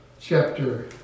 chapter